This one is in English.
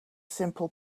simple